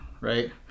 right